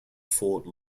fort